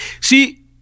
See